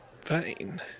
fine